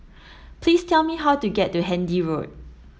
please tell me how to get to Handy Road